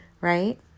right